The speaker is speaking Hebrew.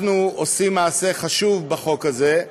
אנחנו עושים מעשה חשוב בחוק הזה,